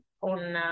on